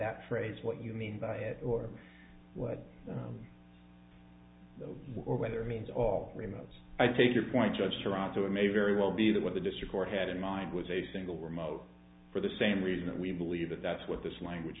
that phrase what you mean by it or what the or whether it means all three miles i take your point judge toronto it may very well be that what the district court had in mind was a single remote for the same reason that we believe that that's what this language